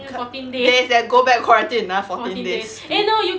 co~ days then go back quarantine another fourteen days si~